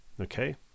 Okay